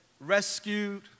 rescued